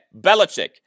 Belichick